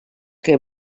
que